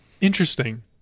Interesting